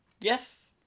Yes